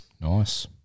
Nice